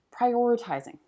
prioritizing